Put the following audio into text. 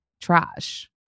trash